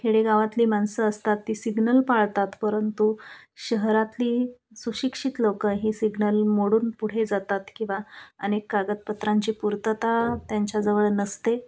खेडेगावातली माणसं असतात ती सिग्नल पाळतात परंतु शहरातली सुशिक्षित लोकं ही सिग्नल मोडून पुढे जातात किंवा अनेक कागदपत्रांची पूर्तता त्यांच्याजवळ नसते